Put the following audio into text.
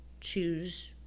choose